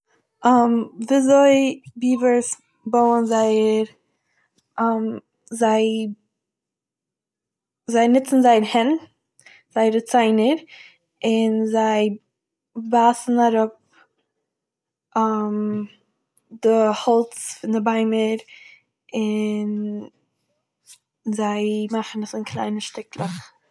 ווי אזוי ביווערס בויען זייער זיי.. זיי נוצן זייער הענט זייערע ציינער און זיי בייסן אראפ די האלץ פון די ביימער און... זיי... מאכן עס אין קליינע שטיקלעך.